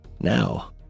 Now